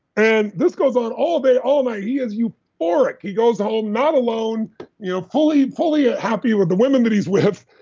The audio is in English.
and this goes on all day, all night. he is euphoric he goes to home not alone you know fully, fully ah happy with the women that he's with,